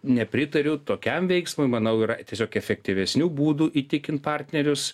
nepritariu tokiam veiksmui manau yra tiesiog efektyvesnių būdų įtikint partnerius